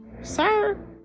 sir